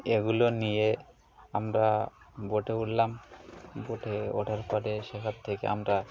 এগুলো নিয়ে আমরা বোটে উঠলাম বোটে ওঠার পরে শেখান থেকে আমরা